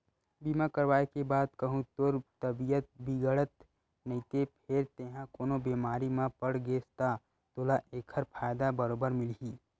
बीमा करवाय के बाद कहूँ तोर तबीयत बिगड़त नइते फेर तेंहा कोनो बेमारी म पड़ गेस ता तोला ऐकर फायदा बरोबर मिलही